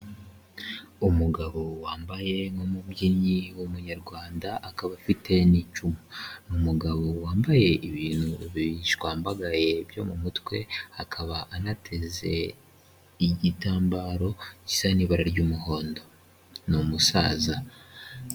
Umugabo wambaye nk'umubyinnyi w'Umunyarwanda akaba afite n'icumu, ni umugabo wambaye ibintu bishwambagaye byo mu mutwe akaba anateze igitambaro gisa n'ibara ry'umuhondo, ni umusaza.